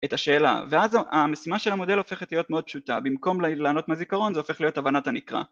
את השאלה, ואז המשימה של המודל הופכת להיות מאוד פשוטה, במקום לענות מזיכרון זה הופך להיות הבנת הנקרא